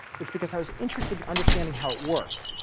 it's because i was interested in understanding how it worked,